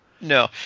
no